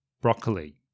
broccoli